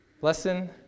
Lesson